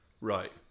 Right